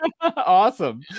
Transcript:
awesome